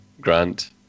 Grant